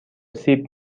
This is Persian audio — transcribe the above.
سیب